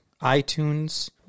iTunes